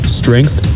strength